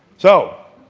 so